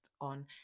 on